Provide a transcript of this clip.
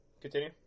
continue